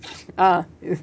uh